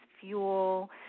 fuel